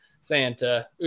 Santa